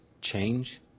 change